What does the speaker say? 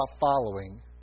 following